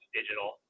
digital